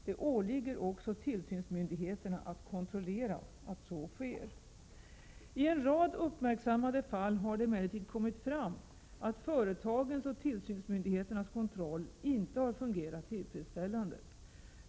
Det åligger också tillsynsmyndigheterna att kontrollera att så sker. I en rad uppmärksammade fall har det emellertid kommit fram att företagens och tillsynsmyndigheternas kontroll inte har fungerat tillfredsställande.